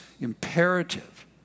imperative